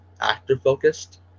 actor-focused